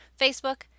Facebook